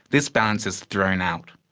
this balance is thrown out.